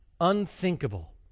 unthinkable